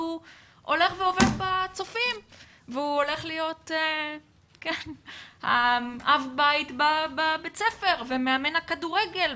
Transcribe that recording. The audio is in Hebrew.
והוא הולך ועובד בצופים והולך להיות אב בית בבית הספר ומאמן הכדורגל,